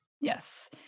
Yes